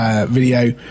Video